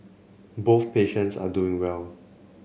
both patients are doing well